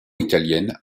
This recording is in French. italienne